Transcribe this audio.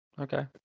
Okay